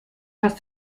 hast